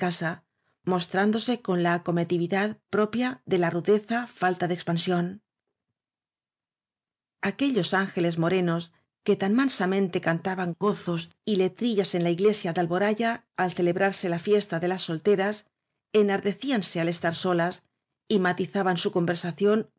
mostrándose con la acometividad propia de la rudeza falta de expan sión aquellos ángeles morenos que tan mansa mente cantaban gozos y letrillas en la iglesia de alboraya al celebrarse la fiesta de las solteras enardecíanse al estar solas y matizaban su con